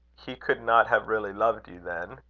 he could not have really loved you, then?